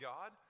God